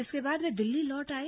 इसके बाद वे दिल्ली लौट गए